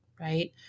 Right